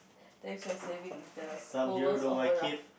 thanks for saving the whole world's offer raft